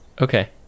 Okay